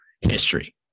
history